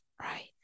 right